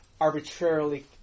arbitrarily